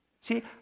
See